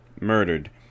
murdered